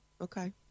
okay